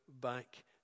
back